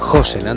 José